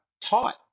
taught